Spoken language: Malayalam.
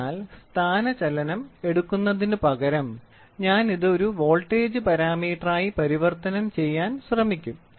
അതിനാൽ സ്ഥാനചലനം എടുക്കുന്നതിനുപകരം ഞാൻ ഇത് ഒരു വോൾട്ടേജ് പാരാമീറ്ററായി പരിവർത്തനം ചെയ്യാൻ ശ്രമിക്കും